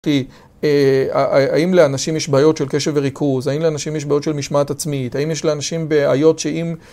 האם לאנשים יש בעיות של קשב וריכוז? האם לאנשים יש בעיות של משמעת עצמית? האם יש לאנשים בעיות שאם...